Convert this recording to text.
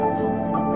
pulsing